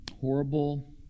horrible